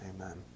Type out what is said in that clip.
Amen